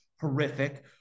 horrific